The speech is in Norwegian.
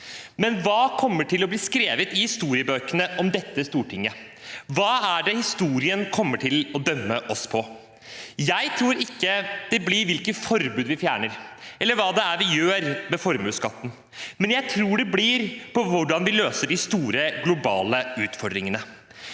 Men hva kommer til å bli skrevet i historiebøkene om dette Stortinget? Hva er det historien kommer til å dømme oss på? Jeg tror ikke det blir på hvilke forbud vi fjerner, eller på hva vi gjør med formuesskatten. Jeg tror det blir på hvordan vi løser de store globale utfordringene.